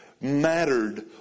mattered